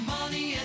money